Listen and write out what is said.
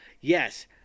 Yes